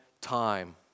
time